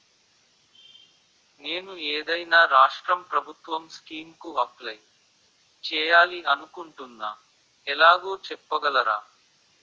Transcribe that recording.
నేను ఏదైనా రాష్ట్రం ప్రభుత్వం స్కీం కు అప్లై చేయాలి అనుకుంటున్నా ఎలాగో చెప్పగలరా?